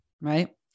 right